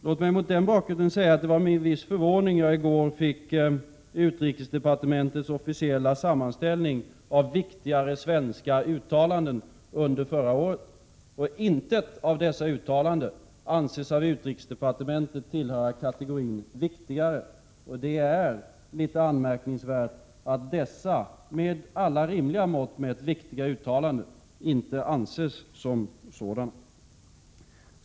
Låt mig mot den bakgrunden säga att det var med en viss förvåning jag i går fann att intet av dessa uttalanden anses av utrikesdepartementet tillhöra kategorin ”viktigare” i utrikesdepartementets officella sammanställning av viktigare svenska uttalanden under förra året. Det är lite anmärkningsvärt att dessa, med alla rimliga mått mätt, viktiga uttalanden inte betraktas som sådana.